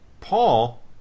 Paul